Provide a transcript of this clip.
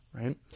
Right